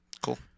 Cool